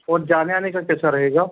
और जाने आने का कैसा रहेगा